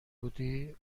بودی